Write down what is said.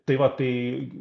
tai va tai